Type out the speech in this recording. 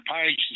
Page